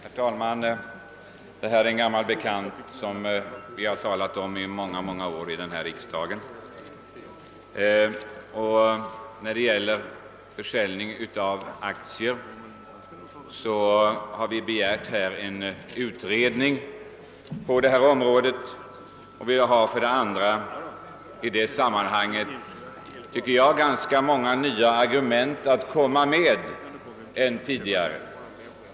Herr talman! Detta ärende är en gammal bekant, som vid många tillfällen diskuterats här i riksdagen. Vi på borgerligt håll har begärt en utredning av frågan om försäljning till enskilda av aktier i statliga företag, och vi har i år nya argument att redovisa.